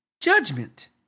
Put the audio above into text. judgment